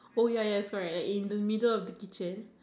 oh ya ya that's correct like in the middle of the kitchen